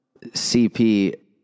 CP